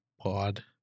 Pod